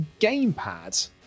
Gamepad